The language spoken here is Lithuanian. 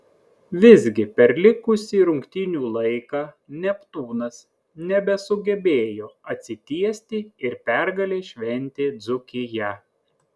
visgi per likusį rungtynių laiką neptūnas nebesugebėjo atsitiesti ir pergalę šventė dzūkija